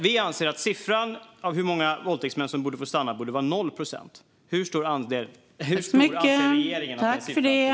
Vi anser att siffran på hur många våldtäktsmän som kan få stanna borde vara 0 procent. Hur stor anser regeringen att den siffran borde vara?